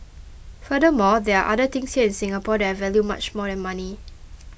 furthermore there are other things here in Singapore that I value much more than money